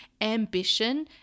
ambition